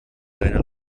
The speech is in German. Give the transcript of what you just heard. seine